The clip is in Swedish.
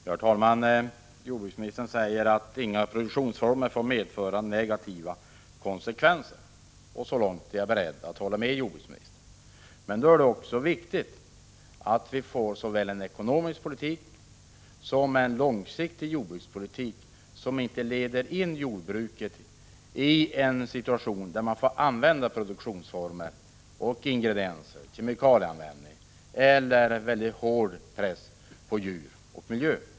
Herr talman! Jordbruksministern säger att inga produktionsformer får medföra negativa konsekvenser, och så långt är jag beredd att hålla med honom. Men då är det också viktigt att vi får såväl en ekonomisk politik som en långsiktig jordbrukspolitik som inte leder till en situation där jordbruket får lov att använda produktionsformer och ingredienser, t.ex. kemikalier, som innebär en hård press på djur och miljö.